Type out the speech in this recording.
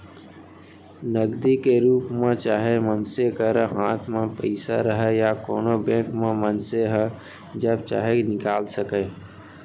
नगदी के रूप म चाहे मनसे करा हाथ म पइसा रहय या कोनों बेंक म मनसे ह जब चाहे निकाल सकय